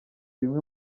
bimwe